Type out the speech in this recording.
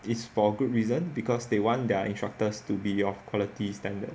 it's for good reason because they want their instructors to be of quality standard